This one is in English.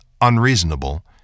unreasonable